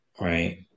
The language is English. right